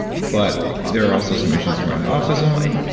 but there are also some issues around autism.